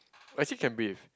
actually can breathe